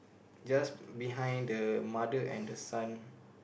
just behind the mother and the son